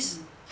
mm